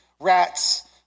rats